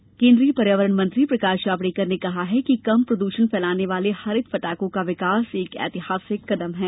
वहीं केंद्रीय पर्यावरण मंत्री प्रकाश जावड़ेकर ने कम प्रद्यण फैलाने वाले हरित पटाखों का विकास एक ऐतिहासिक कदम है